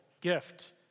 gift